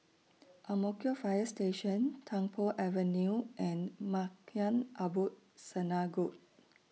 Ang Mo Kio Fire Station Tung Po Avenue and Maghain Aboth Synagogue